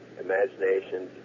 imagination